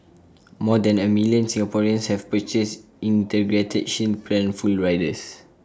more than A million Singaporeans have purchased integrated shield plan full riders